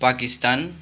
Pakistan